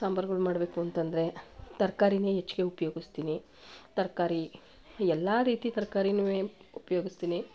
ಸಾಂಬರ್ಗಳು ಮಾಡಬೇಕು ಅಂತ ಅಂದ್ರೆ ತರಕಾರಿನೇ ಹೆಚ್ಗೆ ಉಪಯೋಗ್ಸ್ತೀನಿ ತರಕಾರಿ ಎಲ್ಲ ರೀತಿ ತರಕಾರಿನೂ ಉಪಯೋಗ್ಸ್ತೀನಿ